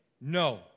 No